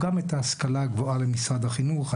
כל נושא הפדגוגיה והסטטוס החינוכי עובר למשרד החינוך,